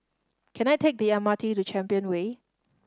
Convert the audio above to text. can I take the M R T to Champion Way